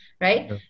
right